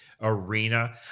arena